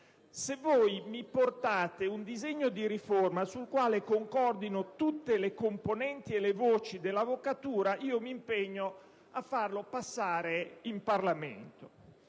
se voi mi portate un disegno di riforma sul quale concordino tutte le componenti e le voci dell'avvocatura, io mi impegno a farlo passare in Parlamento.